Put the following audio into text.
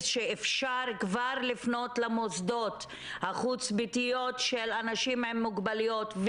שאפשר כבר לפנות למוסדות החוץ-ביתיות של אנשים עם מוגבלויות,